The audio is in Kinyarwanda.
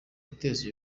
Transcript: guteza